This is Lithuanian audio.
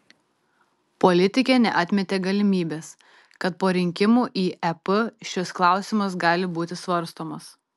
politikė neatmetė galimybės kad po rinkimų į ep šis klausimas gali būti svarstomas